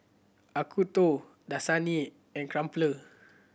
Acuto Dasani and Crumpler